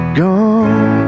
gone